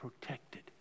protected